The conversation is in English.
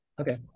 Okay